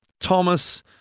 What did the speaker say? Thomas